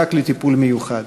ונזקק לטיפול מיוחד.